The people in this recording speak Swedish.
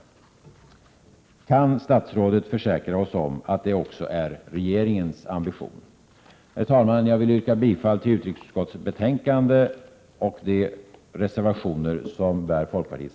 1987/88:114 Kan statsrådet försäkra oss om att det också är regeringens ambition? 4 maj 1988 Herr talman! Jag vill yrka bifall till folkpartiets reservationer samt övrigt